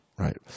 Right